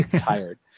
tired